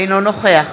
אינו נוכח